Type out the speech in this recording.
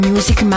Music